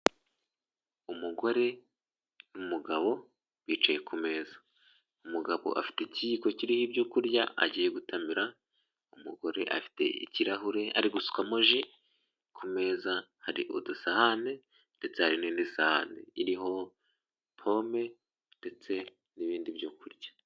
Umugore umugabo bicaye ku meza, umugabo afite ikiyiko kiriho ibyo kurya agiye gutamira, umugore afite ikirahure ari gusukamo ji ku meza hari udusahane, ndetse hari n'indi sahane iriho pome ndetse n'ibindi byo kurya.